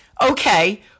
okay